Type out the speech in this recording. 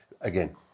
again